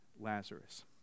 Lazarus